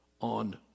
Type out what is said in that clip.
on